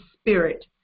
spirit